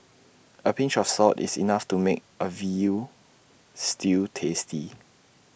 A pinch of salt is enough to make A Veal Stew tasty